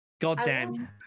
Goddamn